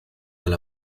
alla